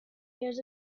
years